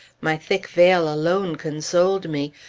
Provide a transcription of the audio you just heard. my thick veil alone consoled me,